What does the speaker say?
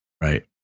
right